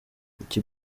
kuki